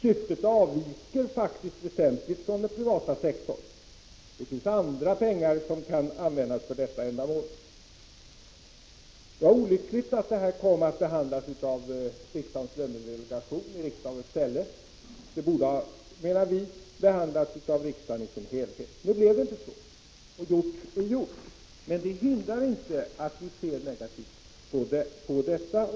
Syftet avviker faktiskt väsentligt från syftet inom den privata sektorn. Det finns andra pengar som kan användas för detta ändamål. Det var olyckligt att ärendet kom att behandlas av riksdagens lönedelegation i stället för av riksdagen. Det borde, menar vi, ha behandlats av riksdagen i sin helhet. Nu blev det inte så, och gjort är gjort. Men det hindrar inte att vi ser negativt på det.